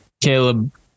Caleb